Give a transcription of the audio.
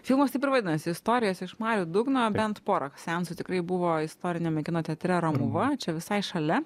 filmas taip ir vadinasi istorijos iš marių dugno bent pora seansų tikrai buvo istoriniame kino teatre romuva čia visai šalia